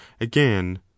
again